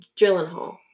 Gyllenhaal